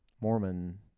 Mormon –